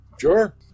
Sure